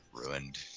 ruined